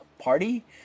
party